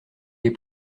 les